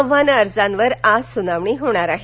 आव्हान अर्जावर आज सुनावणी होणार आहे